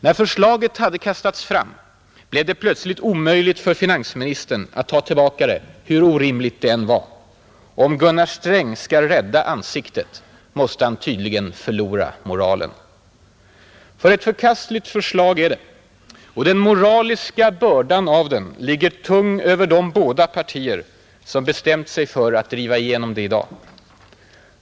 När förslaget hade kastats fram blev det plötsligt omöjligt för finansministern att ta tillbaka det, hur orimligt det än var. Och om Gunnar Sträng skall rädda ansiktet måste han tydligen förlora moralen. Ty ett förkastligt förslag är det, och den moraliska bördan av det ligger tung över de båda partier som bestämt sig för att driva igenom det i dag.